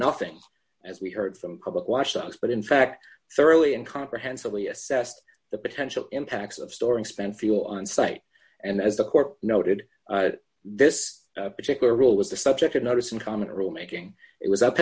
nothing as we heard from public washrooms but in fact thoroughly and comprehensibly assessed the potential impacts of storing spent fuel on site and as the court noted this particular rule was the subject of notice and comment rule making it was up